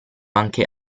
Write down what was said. anche